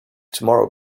tomorrow